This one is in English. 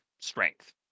strength